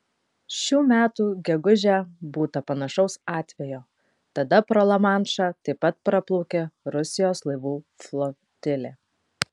šių metų gegužę būta panašaus atvejo tada pro lamanšą taip pat praplaukė rusijos laivų flotilė